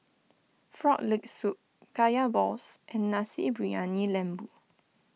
Frog Leg Soup Kaya Balls and Nasi Briyani Lembu